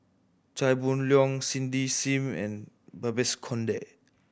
Chia Boon Leong Cindy Sim and Babes Conde